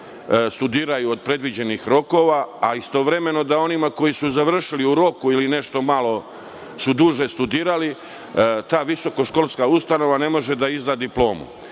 studiraju od predviđenih rokova, a istovremeno da onima koji su završili u roku ili su nešto malo duže studirali, ta visokoškolska ustanova ne može da izda diplomu?